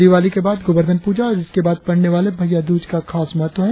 दिवाली के बाद गोवर्धन प्रजा और इसके बाद पडने वाले भेया दूज का खास महत्व है